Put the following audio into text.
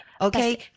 Okay